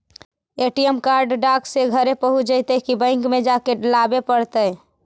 ATM card डाक से घरे पहुँच जईतै कि बैंक में जाके लाबे पड़तै?